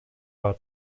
war